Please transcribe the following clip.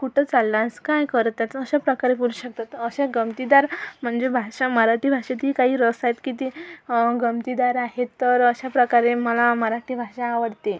कुठं चाललास काय करतात अशा प्रकारे बोलू शकतात अशा गमतीदार म्हणजे भाषा मराठी भाषेतील काही रस आहेत की ते गमतीदार आहेत तर अशाप्रकारे मला मराठी भाषा आवडते